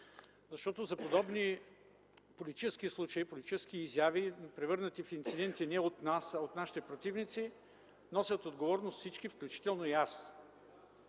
защото за подобни политически случаи, политически изяви, превърнати в инциденти не от нас, а от нашите противници, носят отговорност всички, включително и аз.